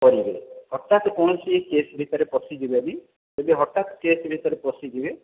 କରିବେ ଅର୍ଥାତ କୌଣସି କେସ୍ ଭିତରେ ପଶିଯିବେନି ଯଦି ହଠାତ କେସ୍ ଭିତରେ ପଶିଯିବେ